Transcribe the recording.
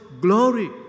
glory